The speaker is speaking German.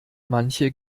manche